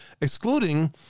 excluding